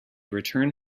return